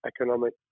economic